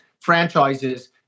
franchises